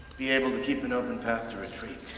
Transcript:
be able to keep an open path to retreat.